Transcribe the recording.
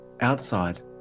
Outside